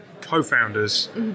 co-founders